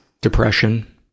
depression